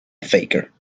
faker